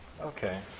Okay